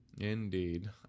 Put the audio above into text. Indeed